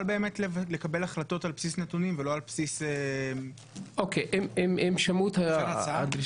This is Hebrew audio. באמת לקבל החלטות על בסיס נתונים ולא על בסיס --- הם שמעו את הדרישה.